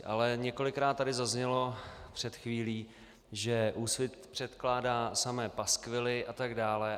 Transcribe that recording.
Ale několikrát tady zaznělo před chvílí, že Úsvit předkládá samé paskvily a tak dále.